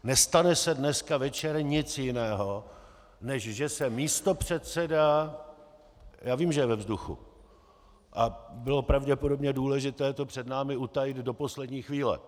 Nestane se dneska večer nic jiného, než že se místopředseda já vím, že je ve vzduchu, a bylo pravděpodobně důležité to před námi utajit do poslední chvíle.